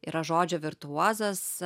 yra žodžio virtuozas